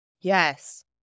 yes